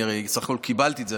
אני הרי בסך הכול קיבלתי את זה.